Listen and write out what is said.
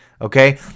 Okay